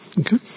okay